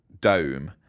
dome